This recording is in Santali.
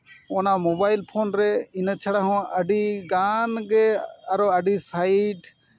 ᱚᱱᱟ ᱢᱳᱵᱟᱭᱤᱞ ᱯᱷᱳᱱ ᱨᱮ ᱤᱱᱟᱹ ᱪᱷᱟᱲᱟ ᱦᱚᱸ ᱟᱹᱰᱤ ᱜᱟᱱ ᱜᱮ ᱟᱹᱰᱤ ᱥᱟᱭᱤᱴ